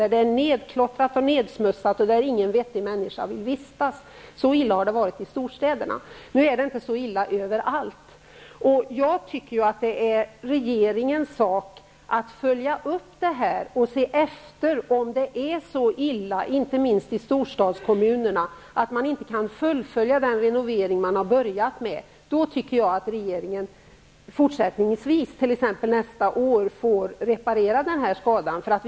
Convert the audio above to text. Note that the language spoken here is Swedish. Där är det nedklottrat och nedsmutsat, och ingen människa vill vistas i dessa miljöer. Så illa har det varit i storstäderna, men det är inte lika illa överallt. Det är regeringens sak att följa upp om det är så illa, inte minst i storstadskommunerna, att man inte kan fullfölja den renovering som har påbörjats. I annat fall får regeringen t.ex. nästa år se till att skadan repareras.